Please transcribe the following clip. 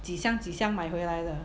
几箱几箱买回来的